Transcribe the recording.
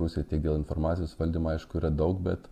rusija tiek dėl informacijos valdymo aišku yra daug bet